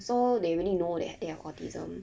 so they already know that they have autism